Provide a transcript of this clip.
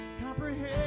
comprehend